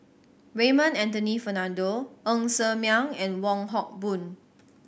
Raymond Anthony Fernando Ng Ser Miang and Wong Hock Boon